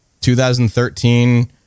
2013